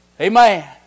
Amen